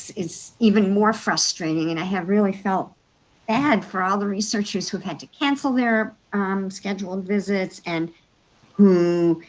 it's even more frustrating, and i have really felt bad for all of the researchers who have had to cancel their scheduled visits, and who,